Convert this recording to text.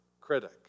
critic